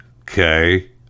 Okay